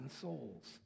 souls